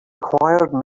required